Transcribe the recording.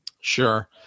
Sure